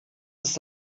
ist